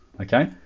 okay